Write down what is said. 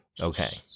Okay